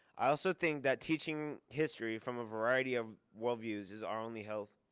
i also think that teaching history from a variety of worldviews is our only hope.